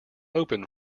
open